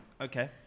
Okay